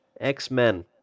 X-Men